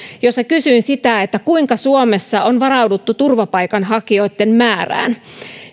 jossa kysyin sitä kuinka suomessa on varauduttu turvapaikanhakijoitten määrään